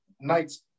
nights